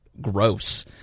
gross